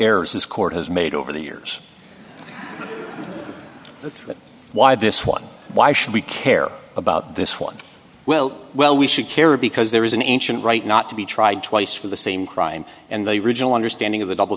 this court has made over the years but why this one why should we care about this one well well we should care because there is an ancient right not to be tried twice for the same crime and the regional understanding of the double